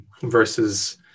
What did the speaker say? versus